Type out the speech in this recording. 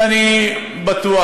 ואני בטוח,